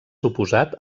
oposat